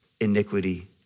iniquity